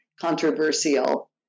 controversial